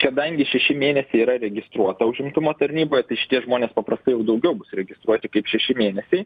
kadangi šeši mėnesiai yra registruota užimtumo tarnyboj tai šitie žmonės paprastai jau daugiau bus registruoti kaip šeši mėnesiai